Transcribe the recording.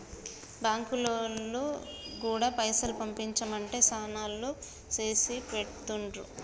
బాంకులోల్లు గూడా పైసలు పంపించుమంటే శనాల్లో చేసిపెడుతుండ్రు